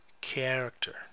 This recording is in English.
character